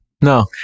no